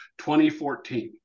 2014